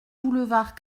boulevard